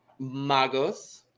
Magos